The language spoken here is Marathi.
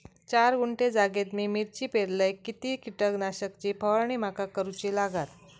चार गुंठे जागेत मी मिरची पेरलय किती कीटक नाशक ची फवारणी माका करूची लागात?